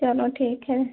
चलो ठीक है